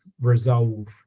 resolve